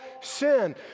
sin